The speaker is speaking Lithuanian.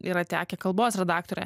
yra tekę kalbos redaktore